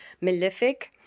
malefic